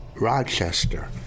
Rochester